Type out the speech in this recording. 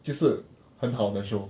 就是很好的 show